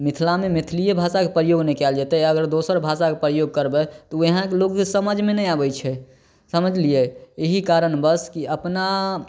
मिथिलामे मैथिलिये भाषाके प्रयोग ने कयल जेतै अगर दोसर भाषाके प्रयोग करबै तऽ उ यहाँके लोगके समझमे नहि आबै छै समझलियै एहि कारणवश कि अपना